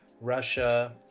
Russia